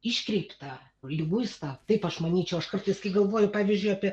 iškreipta liguista taip aš manyčiau aš kartais kai galvoju pavyzdžiui apie